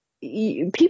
people